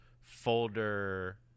folder